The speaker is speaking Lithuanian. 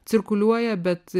cirkuliuoja bet